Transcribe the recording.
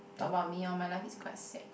talk about me orh my life is quite sad